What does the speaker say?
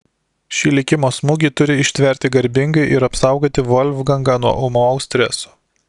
šį likimo smūgį turi ištverti garbingai ir apsaugoti volfgangą nuo ūmaus streso